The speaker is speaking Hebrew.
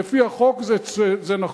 לפי החוק זה נכון.